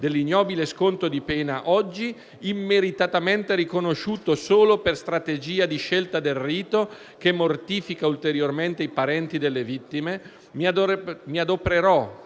dell'ignobile sconto di pena, oggi immeritatamente riconosciuto solo per strategia di scelta del rito, che mortifica ulteriormente i parenti delle vittime, mi adopererò